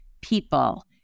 people